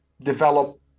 develop